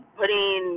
putting